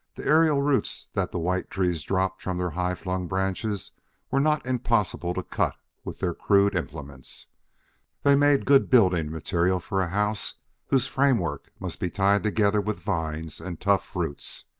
the aerial roots that the white trees dropped from their high-flung branches were not impossible to cut with their crude implements they made good building material for a house whose framework must be tied together with vines and tough roots.